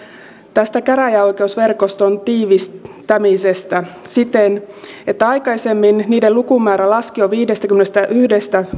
tästä käräjäoikeusverkoston tiivistämisestä siten että aikaisemmin niiden lukumäärä laski jo viidestäkymmenestäyhdestä